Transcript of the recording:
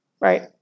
right